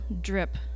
drip